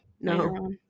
No